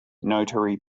notary